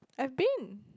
I've been